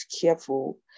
careful